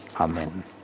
Amen